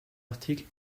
article